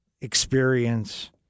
experience